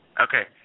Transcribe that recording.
Okay